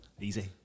Easy